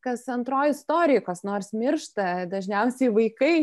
kas antroj istorijoj kas nors miršta dažniausiai vaikai